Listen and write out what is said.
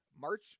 March